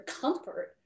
comfort